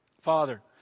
Father